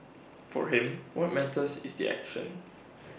for him what matters is the action